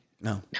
No